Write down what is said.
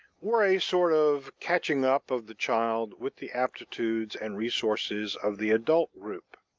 were a sort of catching up of the child with the aptitudes and resources of the adult group.